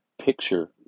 picture